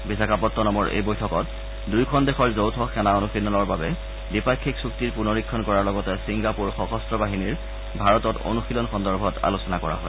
বিশাখাপট্টনমৰ এই বৈঠকত দুয়োখন দেশৰ যৌথ সেনা অনুশীলনৰ বাবে দ্বিপাক্ষিক চুক্তিৰ পুনৰীক্ষণ কৰাৰ লগতে চিংগাপুৰ সশস্ত্ৰ বাহিনীৰ ভাৰতত অনুশীলন সন্দৰ্ভত আলোচনা কৰা হয়